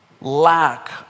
lack